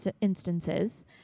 instances